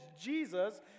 Jesus